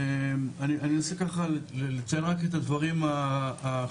אני רוצה ככה לציין רק את הדברים החשובים